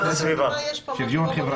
שוויון חברתי.